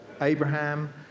Abraham